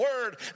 word